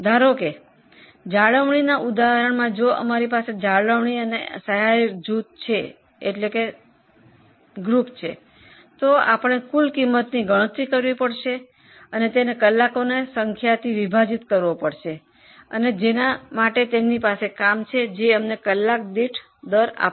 ધારો કે જાળવણીના ઉદાહરણમાં અમારી પાસે જાળવણી આધાર સમૂહ છે તો આપણે કુલ ખર્ચને કલાકો દ્વારા વિભાજીત કરીશું જેનાથી આપણને કલાક દીઠ દર મળશે